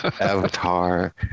Avatar